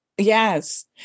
yes